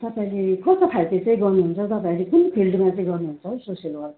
तपाईँले कस्तो खाले चाहिँ गर्नु हुन्छ हौ तपाईँहरूले कुन फिल्डमा चाहिँ गर्नु हुन्छ हो सोसियल वर्क